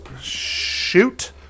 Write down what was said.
shoot